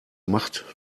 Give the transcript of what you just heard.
macht